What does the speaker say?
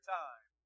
time